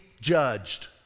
judged